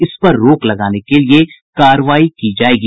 इस पर रोक लगाने के लिए कार्रवाई की जायेगी